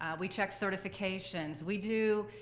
we check certifications, we do,